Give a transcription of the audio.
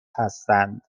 هستند